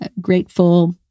grateful